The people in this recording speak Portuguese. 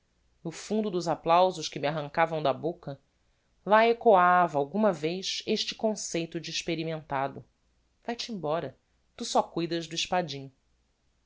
no fundo dos applausos que me arrancavam da boca lá echoava alguma vez este conceito de experimentado vae-te embora tu só cuidas do espadim